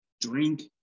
drink